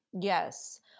Yes